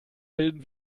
bilden